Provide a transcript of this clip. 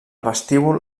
vestíbul